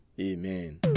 Amen